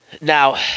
Now